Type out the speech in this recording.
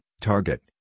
Target